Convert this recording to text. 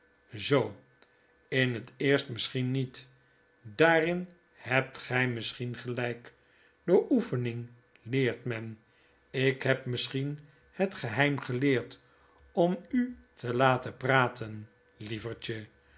zoo in het eerst misschien niet daarin hebt gy misschien gelijk door oefening leert men ik heb misschien het geheim geleerd om u te laten praten lievertje